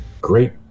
great